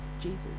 Jesus